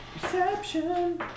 Perception